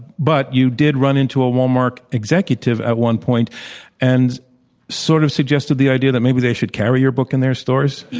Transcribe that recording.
but you did run into a walmart executive at one point and sort of suggested the idea that maybe they should carry your book in their stores?